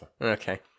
Okay